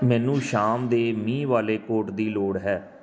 ਮੈਨੂੰ ਸ਼ਾਮ ਦੇ ਮੀਂਹ ਵਾਲੇ ਕੋਟ ਦੀ ਲੋੜ ਹੈ